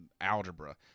algebra